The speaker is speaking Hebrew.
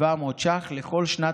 צה"ל ויחד למען החייל,